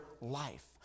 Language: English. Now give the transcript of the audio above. life